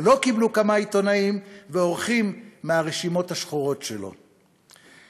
או לא קיבלו כמה עיתונאים ועורכים מהרשימות השחורות שלו,